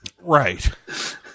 Right